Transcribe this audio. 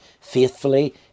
faithfully